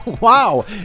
Wow